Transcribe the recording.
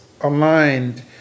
aligned